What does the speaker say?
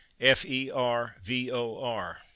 f-e-r-v-o-r